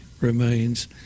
remains